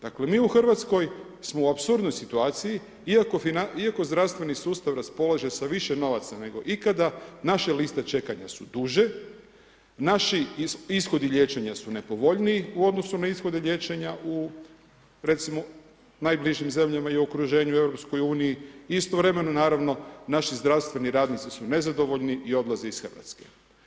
Dakle mi u Hrvatskoj smo u apsurdnoj situaciji iako zdravstveni sustav raspolaže sa više novaca nego ikada, naše liste čekanja su duže, naši ishodi liječenja su nepovoljniji u odnosu na ishode liječenja u recimo najbližim zemljama i u okruženju u EU, istovremeno naravno naši zdravstveni radnici su nezadovoljni i odlaze iz Hrvatske.